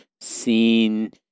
seen